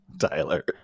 Tyler